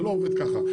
זה לא עובד ככה.